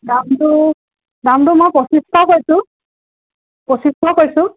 দামটো দামটো মই পঁচিছশ কৈছোঁ পঁচিছশ কৈছোঁ